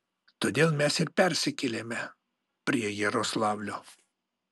todėl mes ir persikėlėme prie jaroslavlio